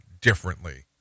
differently